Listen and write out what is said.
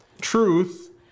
Truth